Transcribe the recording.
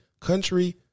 country